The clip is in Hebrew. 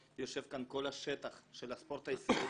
יושב כאן כל השטח של הספורט הישראלי